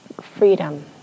freedom